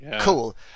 cool